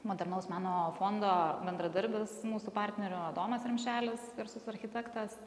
modernaus meno fondo bendradarbis mūsų partnerio adomas rimšelis garsus architektas